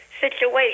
situation